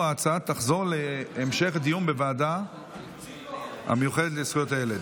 ההצעה תחזור להמשך דיון בוועדה המיוחדת לזכויות הילד.